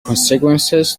consequences